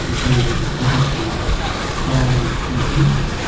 guess um we would be open to trialling new things.